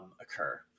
occur